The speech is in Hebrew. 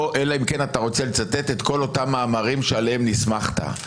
אלא אם אתה רוצה לצטט את כל אותם מאמרים שעליהם נסמכת,